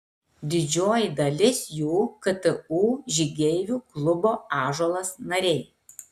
didžioji dalis jų ktu žygeivių klubo ąžuolas nariai